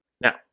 now